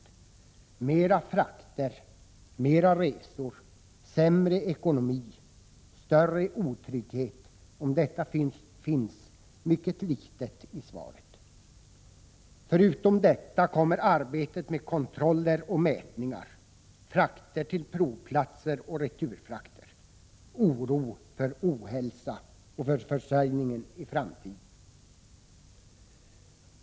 Fler frakter, fler resor, sämre ekonomi och större otrygghet — om detta finns mycket litet i svaret. Till detta kommer arbetet med kontroller och mätningar, frakter till provplatser och returfrakter samt oro för ohälsa och för försörjningen i framtiden.